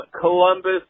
Columbus